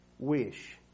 wish